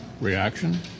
reaction